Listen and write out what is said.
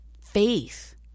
Faith